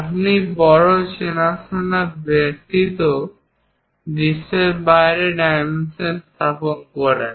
আপনি বড় চেনাশোনা ব্যতীত দৃশ্যের বাইরে ডাইমেনশন স্থাপন করেন